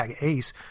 Ace